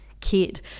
kid